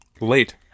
Late